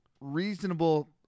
reasonable